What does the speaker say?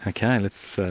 ah ok, let's